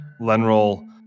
Lenroll